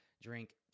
Drink